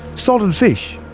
salted fish,